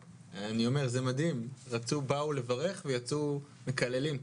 באו לברך ויצאו מקללים.